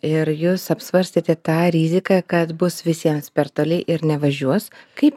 ir jūs apsvarstėte tą riziką kad bus visiems per toli ir nevažiuos kaip